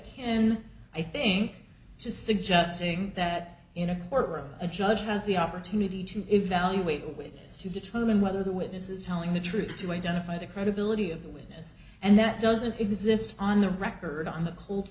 in i think just suggesting that in a court room a judge has the opportunity to evaluate a witness to determine whether the witnesses telling the truth to identify the credibility of the witness and that doesn't exist on the record on the co